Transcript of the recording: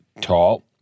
tall